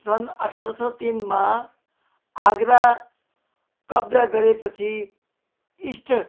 सन् अठार सौ तिनमा आग्रा कब्जा गरेपछि इस्ट